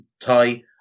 tie